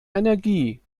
energie